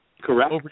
Correct